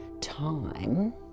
time